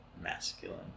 masculine